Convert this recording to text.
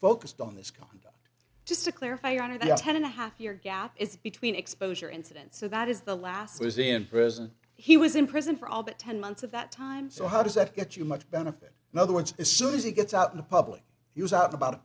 focused on this conduct just to clarify on its head and a half year gap it's between exposure incidents so that is the last was in prison he was in prison for all but ten months of that time so how does that get you much benefit in other words as soon as he gets out in the public he was out about a